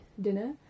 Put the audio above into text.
dinner